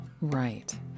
Right